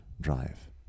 drive